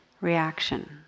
reaction